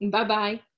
Bye-bye